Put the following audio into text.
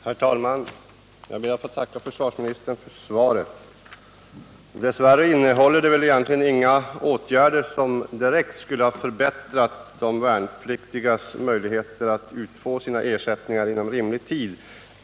Herr talman! Jag ber att få tacka försvarsministern för svaret. Dess värre innehåller det egentligen ingenting om åtgärder som direkt skulle ha förbättrat de värnpliktigas möjligheter att få ut sina ersättningar inom rimlig tid.